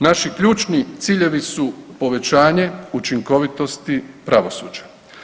Naši ključni ciljevi su povećanje učinkovitosti pravosuđa.